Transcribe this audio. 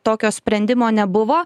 tokio sprendimo nebuvo